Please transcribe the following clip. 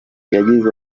yagize